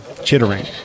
Chittering